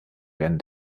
werden